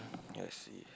I see